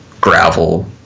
gravel